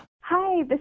Hi